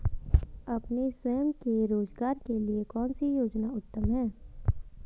अपने स्वयं के रोज़गार के लिए कौनसी योजना उत्तम है?